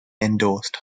endorsed